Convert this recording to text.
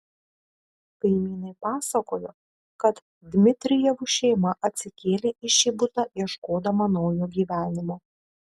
kaimynai pasakojo kad dmitrijevų šeima atsikėlė į šį butą ieškodama naujo gyvenimo